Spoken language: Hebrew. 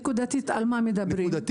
על מה מדברים נקודתית?